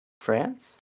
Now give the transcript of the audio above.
France